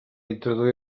introduir